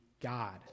God